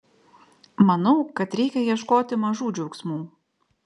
manau kad reikia ieškoti mažų džiaugsmų